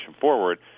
forward